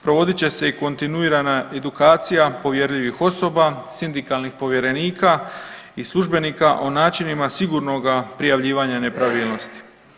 Provodit će se i kontinuirana edukacija povjerljivih osoba, sindikalnih povjerenika i službenika o načinima sigurnoga prijavljivanja nepravilnosti.